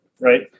right